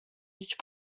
which